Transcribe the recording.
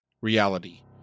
reality